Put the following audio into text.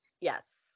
Yes